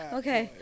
okay